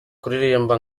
kuririmba